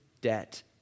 debt